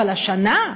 אבל השנה,